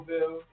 Bill